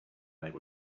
unable